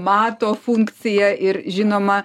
mato funkciją ir žinoma